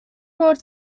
broad